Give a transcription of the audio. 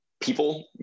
people